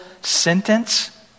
sentence